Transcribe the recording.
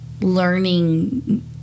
learning